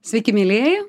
sveiki mielieji